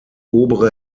obere